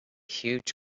huge